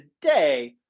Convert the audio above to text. today